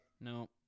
No